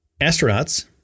astronauts